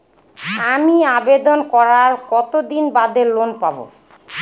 আমি আবেদন করার কতদিন বাদে লোন পাব?